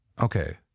Okay